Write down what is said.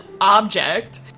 object